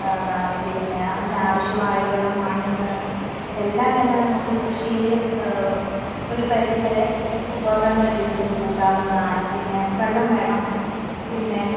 പിന്നെ അതിന് ആവശ്യമായിട്ടുള്ള മണ്ണ് ഇതെല്ലാം തന്നെ നമുക്ക് കൃഷിയിൽ ഒരു പരിധി വരെ ഉപകരണങ്ങൾ രീതിയിൽ കൂട്ടാവുന്നതാണ് പിന്നെ വെള്ളം വേണം പിന്നെ